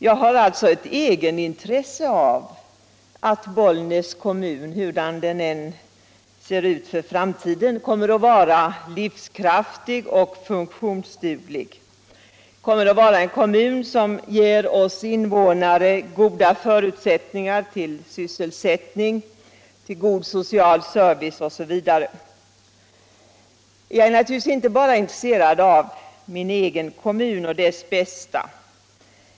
Jag har alltså ett egenintresse av att Bollnäs kommun — hurdan den än ser ut för framtiden - kommer att vara livskraftig och funktionsduglig, en kommun som ger oss invånare goda förutsättningar till sysselsättning, tillfredsställande social service osv. Men jag är naturligtvis inte bara intresserad av min egen kommun och dess bästa.